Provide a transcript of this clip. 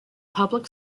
public